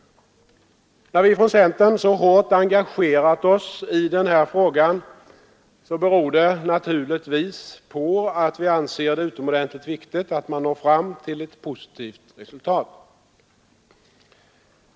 När vi från centern så hårt engagerat oss i den här frågan så beror det naturligtvis på att vi anser det utomordentligt viktigt att man når fram till ett positivt resultat.